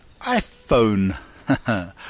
iPhone